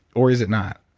or is it not?